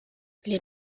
les